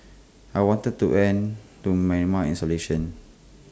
I wanted to end to Myanmar's isolation